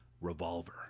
Revolver